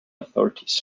authorities